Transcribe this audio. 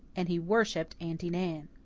and he worshipped aunty nan.